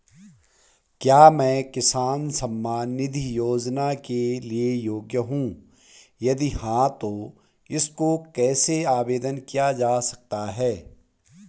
क्या मैं किसान सम्मान निधि योजना के लिए योग्य हूँ यदि हाँ तो इसको कैसे आवेदन किया जा सकता है?